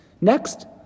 Next